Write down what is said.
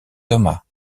thomas